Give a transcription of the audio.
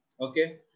okay